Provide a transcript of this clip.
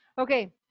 Okay